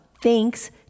thanks